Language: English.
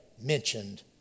mentioned